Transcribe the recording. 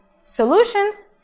solutions